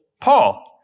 Paul